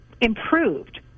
improved